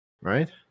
Right